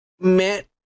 met